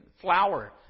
Flour